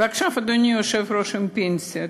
ועכשיו, אדוני היושב-ראש, הפנסיה.